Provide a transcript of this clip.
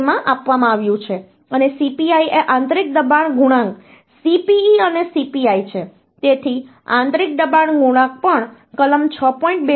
2 માં આપવામાં આવ્યું છે અને Cpi એ આંતરિક દબાણ ગુણાંક Cpe અને Cpi છે તેથી આંતરિક દબાણ ગુણાંક પણ કલમ 6